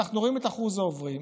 ואנחנו רואים את אחוז העוברים.